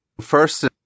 first